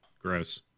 Gross